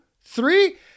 three